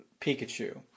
Pikachu